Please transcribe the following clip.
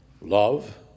love